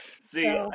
See